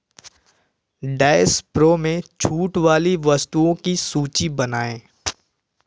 dash pro में छूट वाली वस्तुओं की सूची बनाएँ